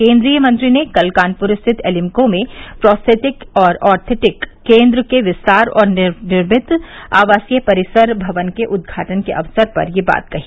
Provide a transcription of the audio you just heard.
केन्द्रीय मंत्री ने कल कानप्र स्थित एलिम्को में प्रोस्थेटिक और ऑर्थोटिक केन्द्र के विस्तार और नवनिर्मित आवासीय परिसर भवन के उद्घाटन अवसर पर यह बात कही